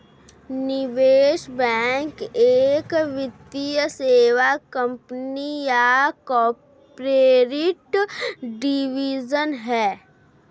निवेश बैंक एक वित्तीय सेवा कंपनी या कॉर्पोरेट डिवीजन है